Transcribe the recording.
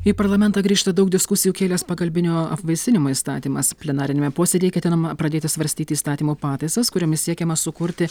į parlamentą grįžta daug diskusijų kėlęs pagalbinio apvaisinimo įstatymas plenariniame posėdyje ketinama pradėti svarstyti įstatymo pataisas kuriomis siekiama sukurti